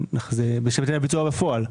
זה ביצוע בפועל,